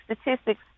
statistics